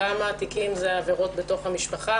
כמה תיקים הם על עבירות בתוך המשפחה,